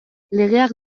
legeak